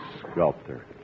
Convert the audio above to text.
Sculptor